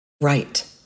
Right